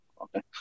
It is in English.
Okay